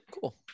Cool